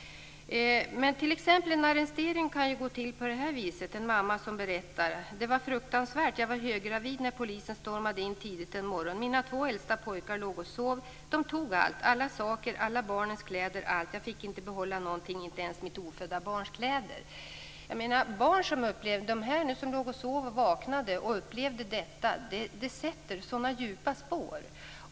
En arrestering kan gå till på följande vis, som en mamma berättar: Det var fruktansvärt. Jag var höggravid när polisen stormade in tidigt en morgon. Mina två äldsta pojkar låg och sov. De tog allt; alla saker, alla barnens kläder - allt. Jag fick inte behålla någonting, inte ens mitt ofödda barns kläder. Hos de barn som låg och sov och som vaknade och upplevde detta sätter sådant här mycket djupa spår.